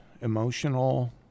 emotional